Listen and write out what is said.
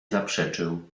zaprzeczył